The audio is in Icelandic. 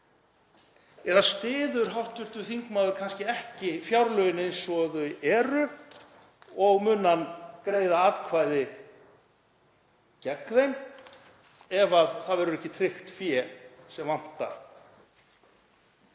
Eða styður hv. þingmaður kannski ekki fjárlögin eins og þau eru og mun hann greiða atkvæði gegn þeim ef það verður ekki tryggt fé sem vantar?